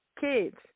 Kids